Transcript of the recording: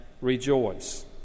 rejoice